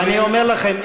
אני אומר לכם,